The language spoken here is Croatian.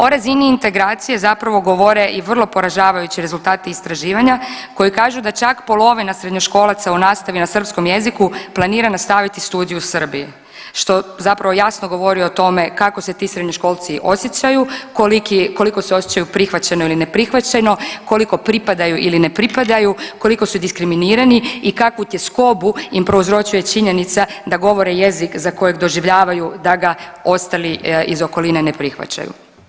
O razini integracije zapravo govore i vrlo poražavajući rezultati istraživanja koji kažu da čak polovina srednjoškolaca u nastavi na srpskom jeziku planira nastaviti studij u Srbiji što zapravo jasno govori o tome kako se ti srednjoškolci osjećaju, koliko se osjećaju prihvaćeno ili neprihvaćeno, koliko pripadaju ili ne pripadaju, koliko su diskriminirani i kakvu tjeskobu im prouzročuje činjenica da govore jezik kojeg doživljavaju da ga ostali iz okoline ne prihvaćaju.